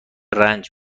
رنج